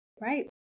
Right